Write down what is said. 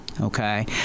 okay